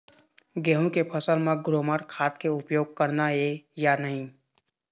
गेहूं के फसल म ग्रोमर खाद के उपयोग करना ये या नहीं?